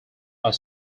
are